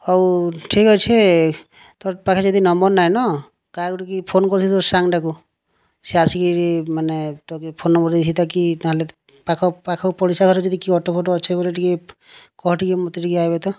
ହଉ ଠିକ୍ ଅଛି ତୋର୍ ପାଖେ ଯଦି ନମ୍ବର ନାଇନ କାହାକୁ ଟିକେ ଫୋନ୍ କରିଥିଲି ସାଙ୍ଗ୍ ଟାକୁ ସିଏ ଆସିକରି ମାନେ ତୋତେ ଫୋନ୍ ନମ୍ବର ଦେଇଥିତା କି ପାଖ ପାଖ ପଡ଼ିଶା ଘର ଯଦି କିଏ ଅଟୋ ଅଛି ବୋଲେ କହ ଟିକେ ମୋତେ ଟିକେ ଆଇବେତ